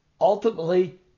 ultimately